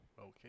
Okay